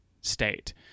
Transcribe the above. state